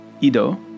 Ido